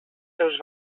seus